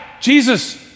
Jesus